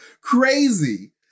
crazy